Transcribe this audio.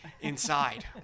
inside